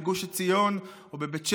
בגוש עציון או בבית שמש,